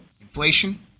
inflation